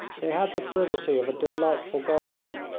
they had the privacy of a delightful garden,